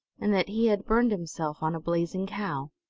and that he had burned himself on a blazing cow.